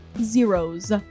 zeros